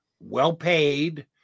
well-paid